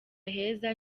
heza